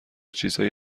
چیزهایی